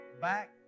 back